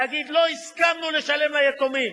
להגיד, לא הסכמנו לשלם ליתומים.